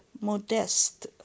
modest